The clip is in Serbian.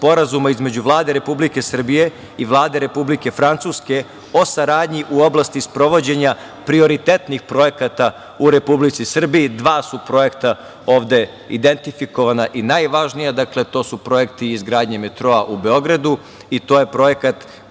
između Vlade Republike Srbije i Vlade Republike Francuske o saradnji u oblasti sprovođenja prioritetnih projekata u Republici Srbiji. Dva su projekta ovde identifikovana i najvažnija. Dakle, to su projekti izgradnje metroa u Beogradu i to je projekat